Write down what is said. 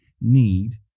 need